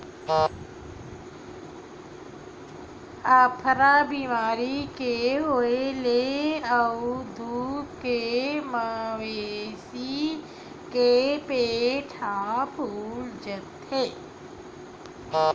अफरा बेमारी के होए ले उदूप ले मवेशी के पेट ह फूल जाथे